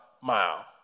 mile